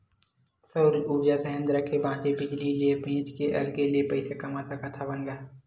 सउर उरजा संयत्र के बाचे बिजली ल बेच के अलगे ले पइसा कमा सकत हवन ग